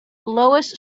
lois